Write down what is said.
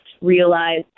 realize